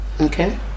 Okay